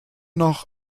noch